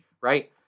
right